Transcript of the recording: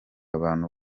abantu